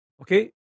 Okay